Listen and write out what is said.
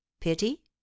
Pity